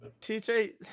tj